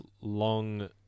long